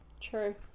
True